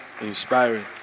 inspiring